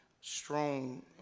strong